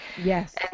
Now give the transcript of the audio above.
Yes